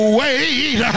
wait